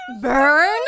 burn